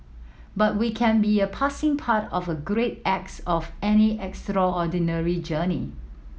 but we can be a passing part of the great acts of any extraordinary journey